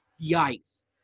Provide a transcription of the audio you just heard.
yikes